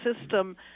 system